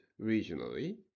regionally